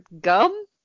gum